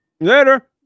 later